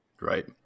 Right